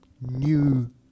new